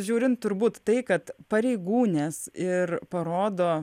žiūrint turbūt tai kad pareigūnės ir parodo